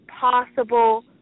possible